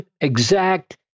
exact